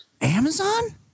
Amazon